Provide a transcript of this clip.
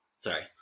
Sorry